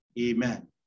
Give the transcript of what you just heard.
amen